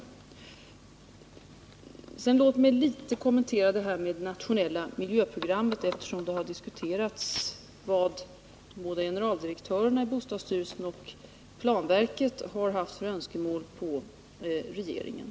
Låt mig så något kommentera detta med det nationella miljöprogrammet, eftersom det har diskuterats vad de båda generaldirektörerna i bostadsstyrelsen resp. planverket har framfört för önskemål till regeringen.